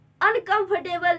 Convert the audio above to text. uncomfortable